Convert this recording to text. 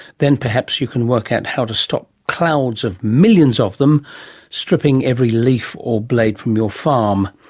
then perhaps you can work out how to stop clouds of millions of them stripping every leaf or blade from your farm.